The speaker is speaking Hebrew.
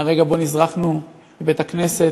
מהרגע שבו נזרקנו מבית-הכנסת?